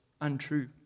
untrue